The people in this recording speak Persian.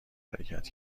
حرکت